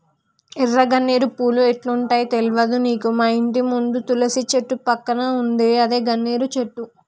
ఎర్ర గన్నేరు పూలు ఎట్లుంటయో తెల్వదా నీకు మాఇంటి ముందు తులసి చెట్టు పక్కన ఉందే అదే గన్నేరు చెట్టు